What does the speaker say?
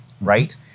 right